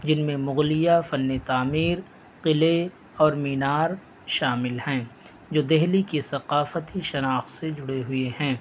جن میں مغلیہ فن تعمیر قلعے اور مینار شامل ہیں جو دہلی کی ثقافتی شناخت سے جڑے ہوئے ہیں